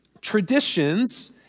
Traditions